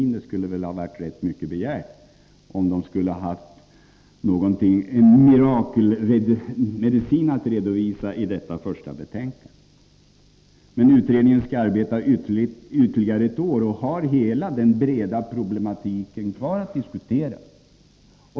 Men det skulle varit rätt mycket begärt att de skulle ha haft en mirakelmedicin att redovisa i detta första betänkande. Utredningen skall arbeta ytterligare ett år och har hela den breda problematiken kvar att diskutera.